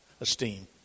esteem